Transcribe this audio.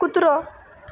कुत्रो